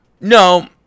No